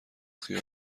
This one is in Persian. خیال